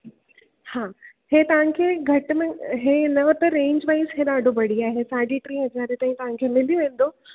हा हे तव्हांखे घटि में हे ईंदव त रेंज वाइज़ हे ॾाढो बढ़िया ही साढी टीह हज़ारे ताईं तव्हांखे मिली वेंदो